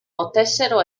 potessero